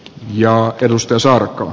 jack edustusarco